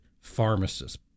pharmacists